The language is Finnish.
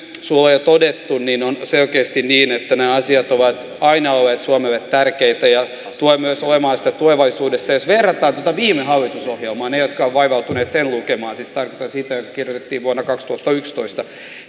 suulla jo todettu on selkeästi niin että nämä asiat ovat aina olleet suomelle tärkeitä ja tulevat sitä olemaan myös tulevaisuudessa jos verrataan tätä viime hallitusohjelmaan ne vertaavat jotka ovat vaivautuneet sen lukemaan siis tarkoitan sitä joka kirjoitettiin vuonna kaksituhattayksitoista